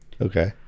Okay